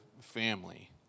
family